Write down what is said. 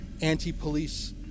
anti-police